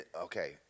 okay